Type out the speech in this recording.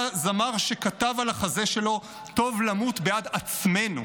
היה זמר שכתב על החזה שלו: "טוב למות בעד עצמנו".